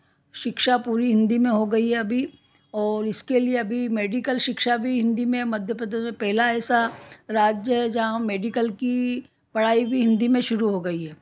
शिक्षा पूरी हिंदी में हो गई है अभी और इसके लिए अभी मेडिकल शिक्षा भी हिंदी में मध्यप्रदेश में पहला ऐसा राज्य है जहाँ मेडिकल की पढ़ाई भी हिंदी में शुरू हो गई है